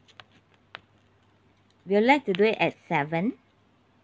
we'll like to do it at seven